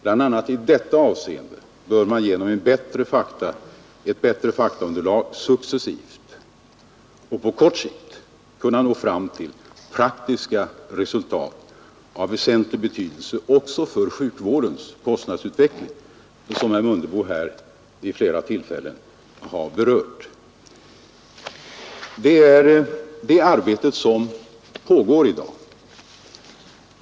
Bl.a. i detta avseende bör man genom ett bättre faktaunderlag successivt och på lång sikt kunna nå fram till praktiska resultat av väsentlig betydelse också för sjukvårdens kostnadsutveckling, som herr Mundebo här vid flera tillfällen har berört. Det är det arbetet som pågår i dag.